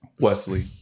Wesley